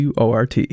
WORT